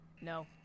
No